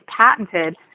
patented